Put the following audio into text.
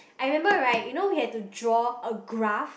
I remember right you know we have to draw a graph